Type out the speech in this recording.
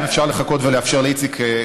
אם אפשר לחכות ולאפשר לאיציק,